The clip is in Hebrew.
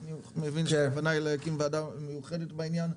אני מבין שהכוונה היא להקים ועדה מיוחדת בעניין,